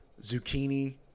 zucchini